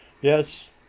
Yes